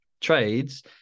trades